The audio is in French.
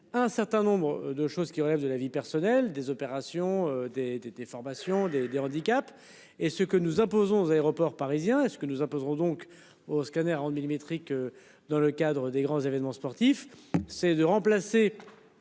un certain nombre de choses qui relèvent de la vie personnelle des opérations des des des formations des des handicaps et ce que nous imposons aux aéroports parisiens et ce que nous appellerons donc au scanner millimétrique. Dans le cadre des grands événements sportifs c'est de remplacer.